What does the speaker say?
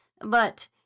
But